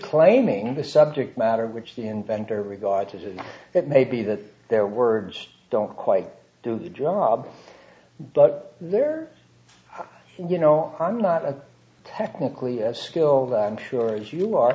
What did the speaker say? claiming the subject matter which the inventor regards as it it may be that their words don't quite do the job but there you know i'm not a technically skilled i'm sure as you are